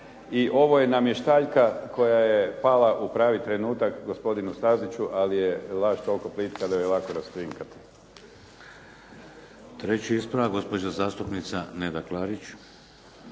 i ovo je namještaljka koja je pala u pravi trenutak gospodinu Staziću, ali je laž toliko plitka da ju je lako raskrinkati. **Šeks, Vladimir (HDZ)** Treći ispravak, gospođa zastupnica Neda Klarić.